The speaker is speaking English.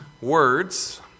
words